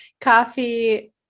coffee